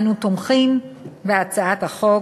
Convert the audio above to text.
אנו תומכים בהצעת החוק,